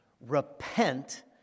Repent